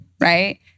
right